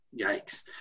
Yikes